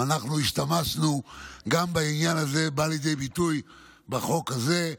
וגם העניין הזה בא לידי ביטוי בחוק הזה,